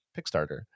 Kickstarter